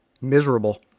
miserable